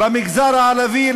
במגזר הערבי,